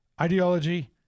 ideology